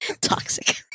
Toxic